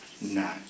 no